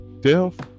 Death